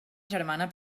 germana